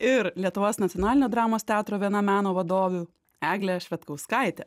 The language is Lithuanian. ir lietuvos nacionalinio dramos teatro viena meno vadovių eglė švedkauskaitė